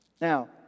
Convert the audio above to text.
Now